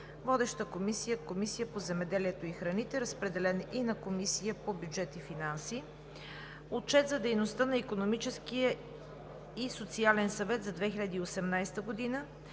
Водеща е Комисията по земеделието и храните. Разпределен е и на Комисията по бюджет и финанси. Отчет за дейността на Икономическия и социален съвет за 2018 г.